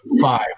five